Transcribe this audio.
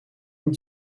een